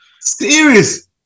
Serious